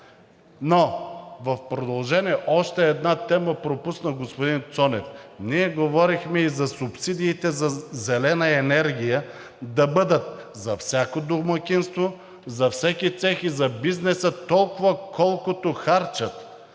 Но в продължение – още една тема пропусна господин Цонев. Ние говорихме и за субсидиите за зелена енергия – да бъдат за всяко домакинство, за всеки цех и за бизнеса толкова, колкото харчат,